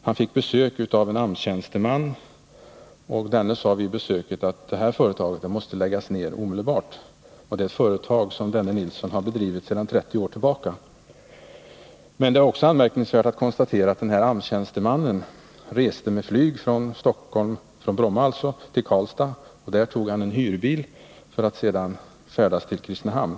Han fick besök av en AMS-tjänsteman, och denne sade vid besöket att Pelle Nilssons företag måste läggas ned omedelbart — ett företag som Pelle Nilsson hade bedrivit sedan 30 år tillbaka. Anmärkningsvärt var också att tjänstemannen reste med flyg från Bromma i Stockholm till Karlstad, varifrån han med hyrbil färdades till Kristinehamn.